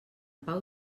pau